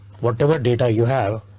whatever data you have.